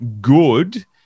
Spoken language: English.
good